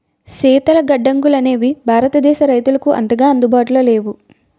శీతల గడ్డంగులనేవి భారతదేశ రైతులకు అంతగా అందుబాటులో లేవు